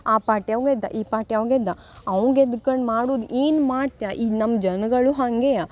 ಆ ಪಾರ್ಟಿಯವ ಗೆದ್ದ ಈ ಪಾರ್ಟಿಯವ ಗೆದ್ದ ಅವ ಗೆದ್ಕಂಡು ಮಾಡುದು ಏನು ಮಾಡ್ತಿಯಾ ಈ ನಮ್ಮ ಜನಗಳು ಹಾಗೆಯ